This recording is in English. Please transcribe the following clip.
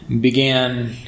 began